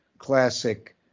classic